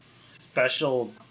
special